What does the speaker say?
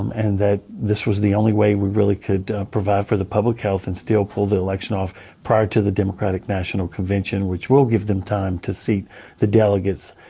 um and that this was the only way we really could provide for the public health and still pull the election off prior to the democratic national convention, which will give them time to seat the delegates,